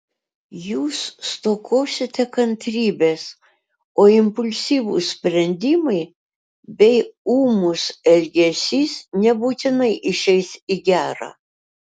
jūs stokosite kantrybės o impulsyvūs sprendimai bei ūmus elgesys nebūtinai išeis į gera